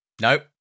Nope